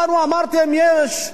אפשר לעשות יותר,